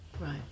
Right